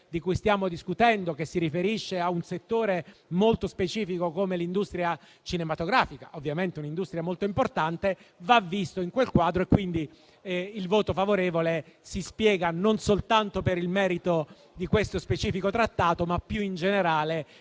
di cui stiamo discutendo, che si riferisce a un settore molto specifico come l'industria cinematografica, ovviamente molto importante, va visto in quel quadro. Il nostro voto, quindi, favorevole si spiega non soltanto per il merito di questo specifico trattato, ma più in generale per ragioni